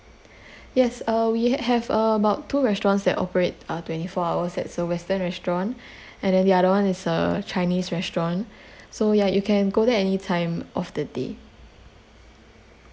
yes uh we have about two restaurants that operate uh twenty four hours it's a western restaurant and then the other one is a chinese restaurant so ya you can go there anytime of the day